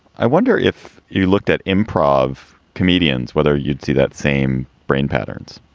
i wonder if you looked at improv comedians, whether you'd see that same brain patterns.